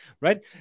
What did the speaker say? right